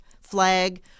flag